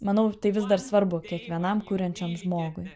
manau tai vis dar svarbu kiekvienam kuriančiam žmogui